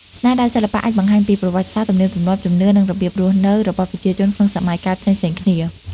ស្នាដៃសិល្បៈអាចបង្ហាញពីប្រវត្តិសាស្ត្រ ទំនៀមទម្លាប់ ជំនឿ និងរបៀបរស់នៅរបស់ប្រជាជនក្នុងសម័យកាលផ្សេងៗគ្នា។